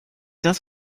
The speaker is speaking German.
das